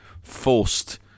forced